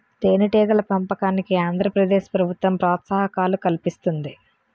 తేనెటీగల పెంపకానికి ఆంధ్ర ప్రదేశ్ ప్రభుత్వం ప్రోత్సాహకాలు కల్పిస్తుంది